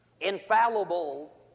infallible